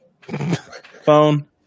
phone